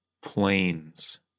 Planes